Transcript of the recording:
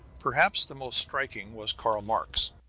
perhaps the most striking was karl marx,